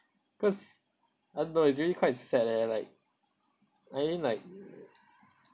cause I don't know it's really quite sad and you're like I mean like